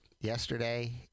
Yesterday